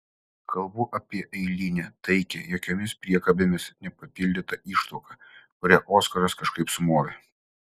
kalbu apie eilinę taikią jokiomis priekabėmis nepapildytą ištuoką kurią oskaras kažkaip sumovė